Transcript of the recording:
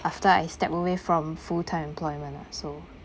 after I step away from full time employment ah so